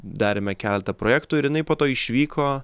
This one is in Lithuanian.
darėme keletą projektų ir jinai po to išvyko